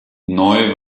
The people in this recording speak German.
neu